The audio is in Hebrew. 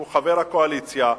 שהוא חבר הקואליציה,